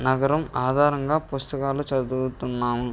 నగరం ఆధారంగా పుస్తకాలు చదువుతున్నాము